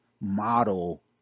model